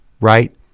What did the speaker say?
right